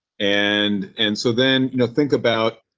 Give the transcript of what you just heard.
and and so then you know think about